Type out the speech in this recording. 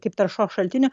kaip taršos šaltinio